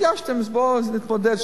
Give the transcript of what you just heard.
הגשתם, אז נתמודד.